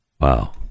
Wow